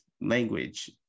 language